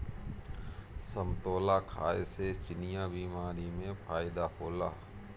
समतोला खाए से चिनिया बीमारी में फायेदा होला